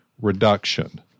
reduction